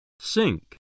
Sink